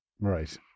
Right